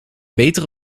betere